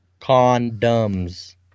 Condoms